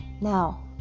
now